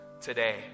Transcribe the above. today